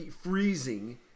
freezing